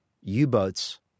U-boats